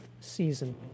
season